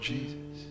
Jesus